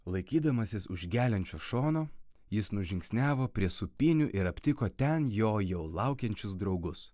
laikydamasis už geliančio šono jis nužingsniavo prie sūpynių ir aptiko ten jo laukiančius draugus